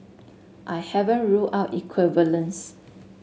I haven't ruled out equivalence